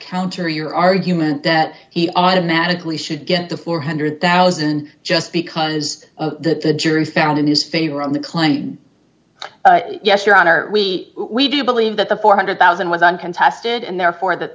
counter your argument that he automatically should get to four hundred thousand just because the jury found in his favor on the claim yes your honor we we do believe that the four hundred thousand was uncontested and therefore that